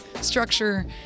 structure